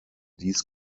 dies